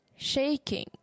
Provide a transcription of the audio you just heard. Shaking